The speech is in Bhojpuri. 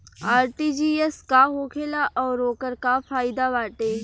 आर.टी.जी.एस का होखेला और ओकर का फाइदा बाटे?